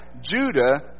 Judah